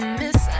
miss